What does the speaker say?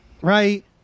right